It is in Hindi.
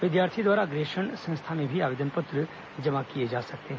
विद्यार्थी द्वारा अग्रेषण संस्था में भी आवेदन पत्र जमा किए जा सकते हैं